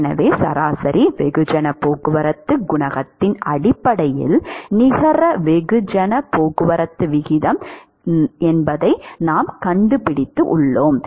எனவே சராசரி வெகுஜனப் போக்குவரத்துக் குணகத்தின் அடிப்படையில் நிகர வெகுஜனப் போக்குவரத்து விகிதம் இதுவாகும்